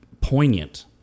poignant